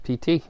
PT